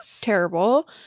Terrible